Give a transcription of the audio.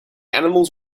animals